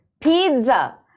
pizza